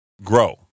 Grow